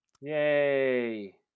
yay